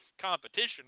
competition